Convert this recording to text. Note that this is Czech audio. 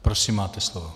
Prosím, máte slovo.